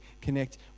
Connect